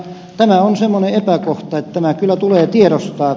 tämä on semmoinen epäkohta että tämä kyllä tulee tiedostaa